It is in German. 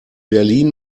berlin